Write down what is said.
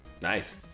Nice